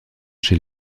chez